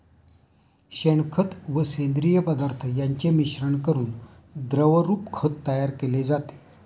शेणखत व सेंद्रिय पदार्थ यांचे मिश्रण करून द्रवरूप खत तयार केले जाते